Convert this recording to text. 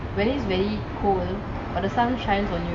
when it's very cold but the sun shines on you